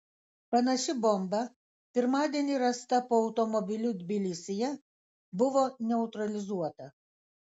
panaši bomba pirmadienį rasta po automobiliu tbilisyje buvo neutralizuota